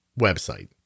website